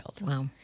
Wow